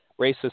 racist